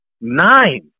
nine